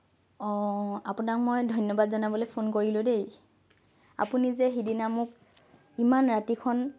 অ আপোনাক মই ধন্যবাদ জনাবলৈ ফোন কৰিলোঁ দেই আপুনি যে সিদিনা মোক ইমান ৰাতিখন